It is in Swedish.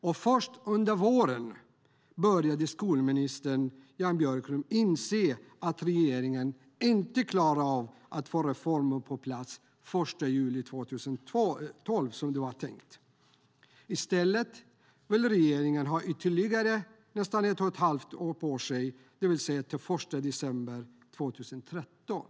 Och först under våren började skolminister Jan Björklund inse att regeringen inte skulle klara av att få reformen på plats den 1 juli 2012, som det var tänkt. I stället vill regeringen ha ytterligare nästan ett och ett halvt år på sig, det vill säga till den 1 december 2013.